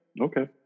Okay